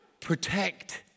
Protect